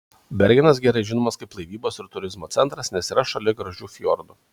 bergenas gerai žinomas kaip laivybos ir turizmo centras nes yra šalia gražių fjordų